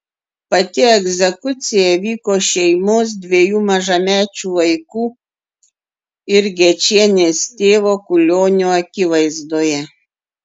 pati egzekucija vyko šeimos dviejų mažamečių vaikų ir gečienės tėvo kulionio akivaizdoje